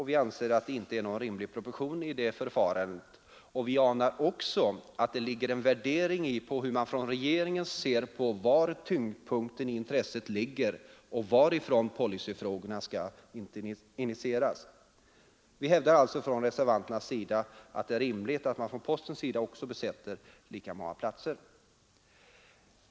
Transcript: Vi anser att det inte är någon rimlig proportion i det förfarandet och vi anar att det också här är en värdering på hur man från regeringen ser på var tyngdpunkten i intresset ligger och varifrån policyfrågorna skall initieras. Vi hävdar alltså från reservanternas sida att det är rimligt att man för postens del besätter lika många platser som PK-bankens anställda.